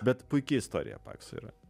bet puiki istorija pakso yra